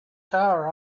tower